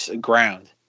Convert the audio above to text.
ground